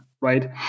right